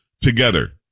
together